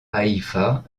haïfa